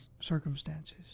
circumstances